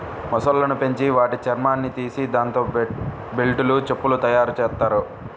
మొసళ్ళను పెంచి వాటి చర్మాన్ని తీసి దాంతో బెల్టులు, చెప్పులు తయ్యారుజెత్తారు